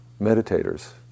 meditators